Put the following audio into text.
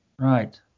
Right